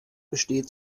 besteht